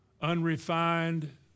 unrefined